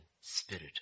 spirit